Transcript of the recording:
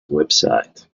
website